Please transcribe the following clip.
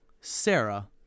Sarah